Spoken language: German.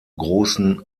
großen